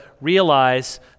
realize